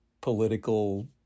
political